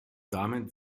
damit